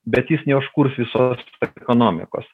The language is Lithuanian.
bet jis neužkurs visos ekonomikos